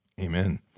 Amen